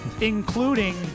including